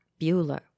Bueller